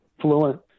fluent